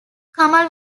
kamal